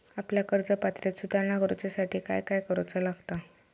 आपल्या कर्ज पात्रतेत सुधारणा करुच्यासाठी काय काय करूचा लागता?